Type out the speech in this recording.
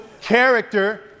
character